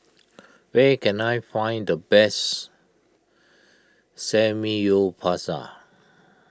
where can I find the best Samgyeopsal